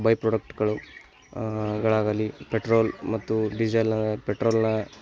ಬೈಪ್ರೊಡಕ್ಟ್ಗಳು ಗಳಾಗಲಿ ಪೆಟ್ರೋಲ್ ಮತ್ತು ಡೀಝೆಲ್ನ ಪೆಟ್ರೋಲ್ನ